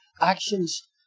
actions